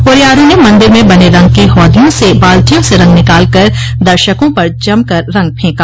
होरियारों ने मंदिर में बने रंग की हौदियों से बाल्टियों से रंग निकाल कर दर्शकों पर जम कर रंग फेंका